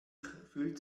fühlt